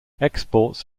exports